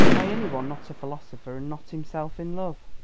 by any one not a philosopher and not himself in love.